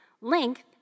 length